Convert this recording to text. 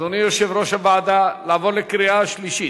אדוני יושב-ראש הוועדה, לעבור לקריאה שלישית?